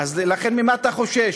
לכן, ממה אתה חושש?